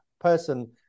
person